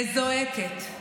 וזועקת.